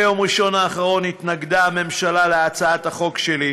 ביום ראשון האחרון התנגדה הממשלה להצעת החוק שלי,